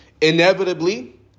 inevitably